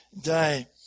day